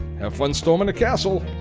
have fun storming the castle!